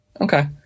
Okay